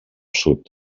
sud